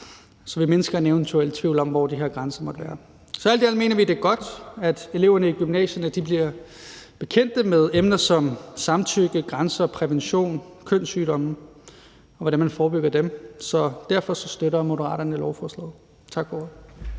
så vi mindsker en eventuel tvivl om, hvor de her grænser måtte være. Så alt i alt mener vi, at det er godt, at eleverne i gymnasierne bliver gjort bekendt med emner som samtykke, grænser, prævention, kønssygdomme, og hvordan man forebygger dem, og derfor støtter Moderaterne lovforslaget. Tak for